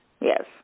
Yes